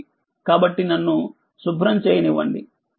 కాబట్టినన్ను శుభ్రం చేయనివ్వండి